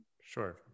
Sure